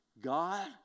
God